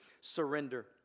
surrender